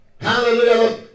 Hallelujah